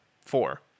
four